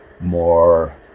more